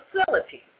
facility